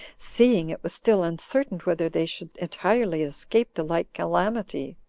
seeing it was still uncertain whether they should entirely escape the like calamity.